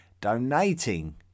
donating